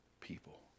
people